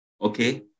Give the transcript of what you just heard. okay